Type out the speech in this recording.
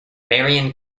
marion